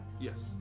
Yes